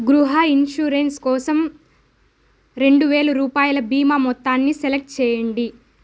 గృహ ఇన్షురెన్స్ కోసం రెండువేలు రూపాయల బీమా మొత్తాన్ని సెలెక్ట్ చేయండి